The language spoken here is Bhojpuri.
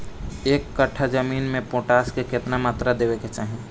एक कट्ठा जमीन में पोटास के केतना मात्रा देवे के चाही?